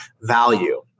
value